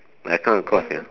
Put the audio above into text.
I come across ya